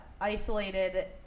isolated